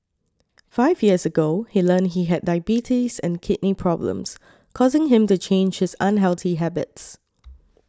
five years ago he learnt he had diabetes and kidney problems causing him to change his unhealthy habits